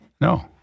No